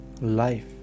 Life